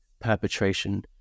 perpetration